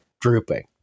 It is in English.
drooping